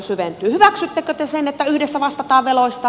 hyväksyttekö te sen että yhdessä vastataan veloista